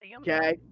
okay